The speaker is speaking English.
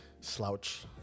slouch